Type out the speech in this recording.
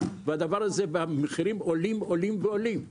והמחירים עולים ועולים.